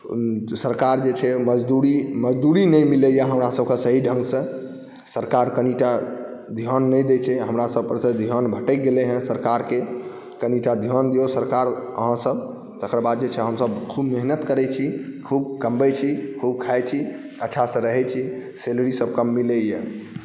सरकार जे छै मजदूरी मजदूरी नहि मिलै अइ हमरासबके सही ढङ्गसँ सरकार कनिटा धिआन नहि दै छै हमरा सबपरसँ धिआन भटकि गेलै हँ सरकारके कनिटा धिआन दिऔ सरकार अहाँसब तकर बाद जे छै हमसब खूब मेहनति करै छी खूब कमबै छी खूब खाइ छी अच्छासँ रहै छी सैलरीसब कम मिलैए